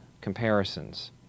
comparisons